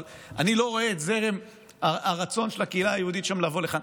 אבל אני לא רואה את הרצון של הקהילה היהודית שם לבוא לכאן.